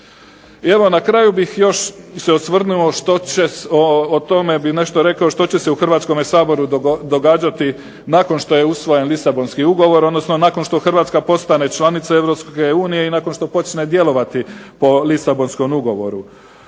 o tome bih nešto rekao, što će se u Hrvatskome saboru događati nakon što je usvojen Lisabonski ugovor, odnosno nakon što Hrvatska postane članica EU i nakon što počne djelovati po Lisabonskom ugovoru.